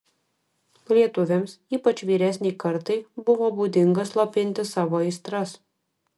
lietuviams ypač vyresnei kartai buvo būdinga slopinti savo aistras